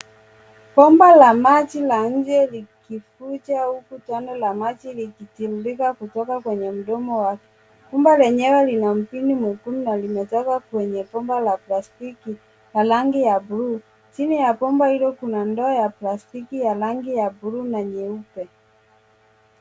Bomba la maji la nje la likifuja au tone la maji likitirrika kutoka kwenye mdomo wake. Bomba lenyewe lina mpini mwekundu na linatoka kwenye bomba la plastiki la rangi ya bluu. Chini ya bomba hilo kuna ndoo ya plastiki ya rangi ya bluu na nyeupe.